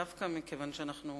דווקא מכיוון שאנחנו